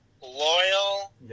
loyal